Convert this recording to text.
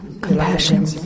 compassion